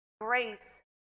grace